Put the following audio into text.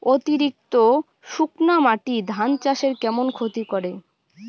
অতিরিক্ত শুকনা মাটি ধান চাষের কেমন ক্ষতি করে?